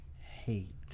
hate